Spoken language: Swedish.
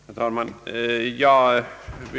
Herr talman!